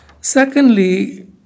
Secondly